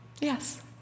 Yes